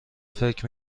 فکر